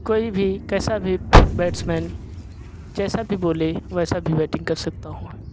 कोई भी कैसा भी बैट्समैन जैसा भी बोले वैसा भी बैटिंग कर सकता हूँ